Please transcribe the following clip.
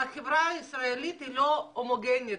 החברה הישראלית היא לא הומוגנית.